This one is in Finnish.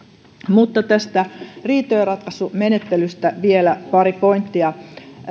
riitojenratkaisumenettelystä vielä pari pointtia